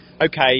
Okay